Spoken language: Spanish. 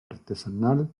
artesanal